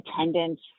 attendance